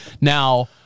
Now